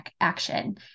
action